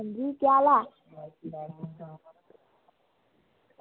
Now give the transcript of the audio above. अंजी केह् हाल ऐ